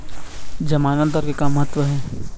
जमानतदार के का महत्व हे?